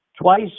Twice